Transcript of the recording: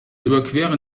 überqueren